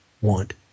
want